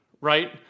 right